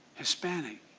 hispanic,